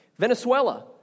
Venezuela